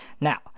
Now